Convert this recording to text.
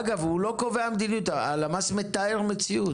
אגב, הוא לא קובע מדיניות; הלמ"ס מתאר מציאות.